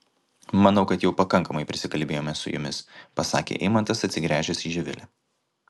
manau kad jau pakankamai prisikalbėjome su jumis pasakė eimantas atsigręžęs į živilę